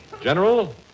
General